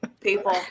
People